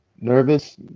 nervous